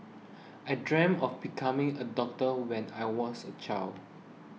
I dreamed of becoming a doctor when I was a child